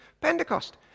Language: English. Pentecost